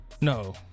No